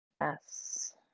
Yes